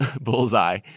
bullseye